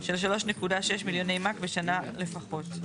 של 2.4 מיליוני מ"ק בשנה לפחות".